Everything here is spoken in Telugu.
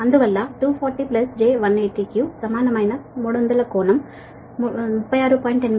అందువల్ల 240 j180 కు సమానమైన 300 కోణం 36